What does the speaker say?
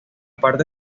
parte